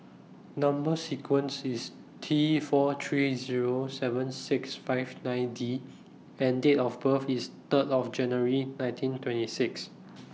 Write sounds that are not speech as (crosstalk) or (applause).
Number sequence IS T four three Zero seven six five nine D and Date of birth IS Third of January nineteen twenty six (noise)